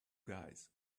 guys